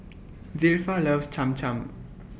Zilpha loves Cham Cham